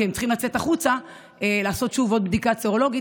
הם צריכים לצאת החוצה לעשות שוב עוד בדיקה סרולוגית,